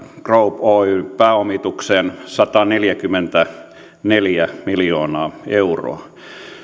group oyn pääomitukseen sataneljäkymmentäneljä miljoonaa euroa